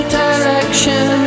direction